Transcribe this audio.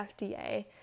FDA